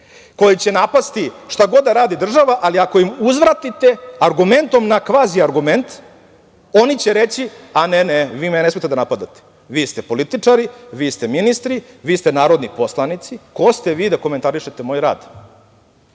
koji će napasti šta god da radi država, ali ako im uzvratite argumentom na kvazi argument, oni će reći – a, ne, ne, vi ne smete da napadate, vi ste političari, vi ste ministri, vi ste narodni poslanici, ko ste vi da komentarišete moj rad,